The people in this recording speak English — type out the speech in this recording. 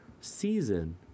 season